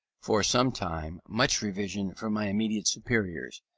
for some time, much revision from my immediate superiors,